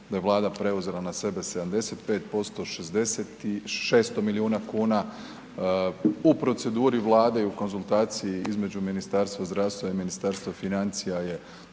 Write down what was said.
se ne razumije./... 600 milijuna kuna u proceduri Vlade i u konzultaciji između Ministarstva zdravstva i Ministarstva financija